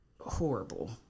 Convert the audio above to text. horrible